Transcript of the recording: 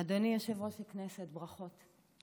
אדוני יושב-ראש הכנסת, ברכות.